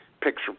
picture